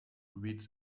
read